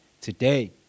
today